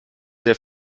sehr